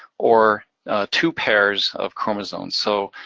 or two pairs of chromosomes. so